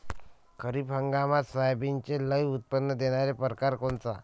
खरीप हंगामात सोयाबीनचे लई उत्पन्न देणारा परकार कोनचा?